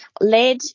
Lead